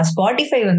Spotify